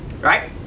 Right